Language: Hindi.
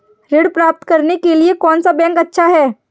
ऋण प्राप्त करने के लिए कौन सा बैंक अच्छा है?